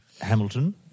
Hamilton